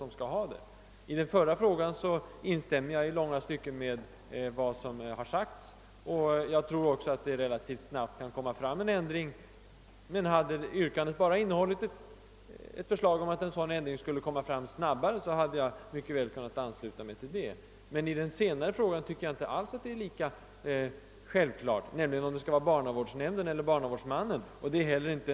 När det gäller den förra frågan instämmer jag i långa stycken i vad som har sagts, och jag tror också att man relativt snabbt kan få en ändring till stånd. Hade yrkandet bara innehållit ett krav på att en sådan ändring skulle påskyndas kunde jag mycket väl ha anslutit mig till det. Men när det gäller frågan huruvida förordnandet skall gäl Ja barnavårdsnämnden eller barnavårdsmannen tycker jag inte svaret är lika självklart.